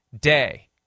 day